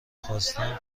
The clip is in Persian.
خواستم